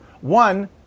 One